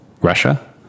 Russia